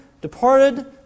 departed